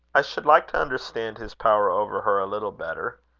i should like to understand his power over her a little better.